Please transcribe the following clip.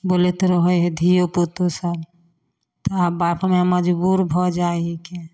बोलैत रहै हइ धिओपुतोसभ तऽ बाप माइ मजबूर भऽ जाए हिकै